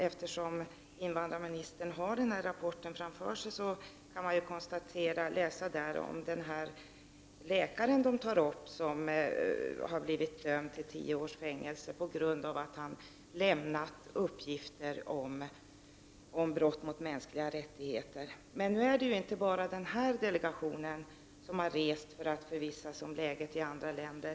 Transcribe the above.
Eftersom invandrarministern har Amnestys rapport framför sig kan hon där läsa om den läkare som blivit dömd till tio års fängelse på grund av att han lämnat uppgifter om brott mot de mänskliga rättigheterna. Det är ju inte bara denna delegation som rest för att informera sig om si tuationen i andra länder.